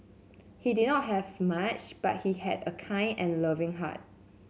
he did not have much but he had a kind and loving heart